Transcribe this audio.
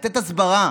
לתת הסברה,